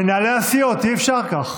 מנהלי הסיעות, אי-אפשר כך.